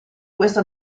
questo